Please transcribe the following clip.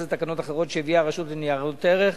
לתקנות אחרות שהביאה הרשות לניירות ערך,